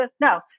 No